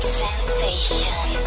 sensation